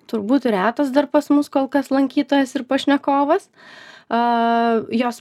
turbūt retas dar pas mus kol kas lankytojas ir pašnekovas aaa jos